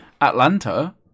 Atlanta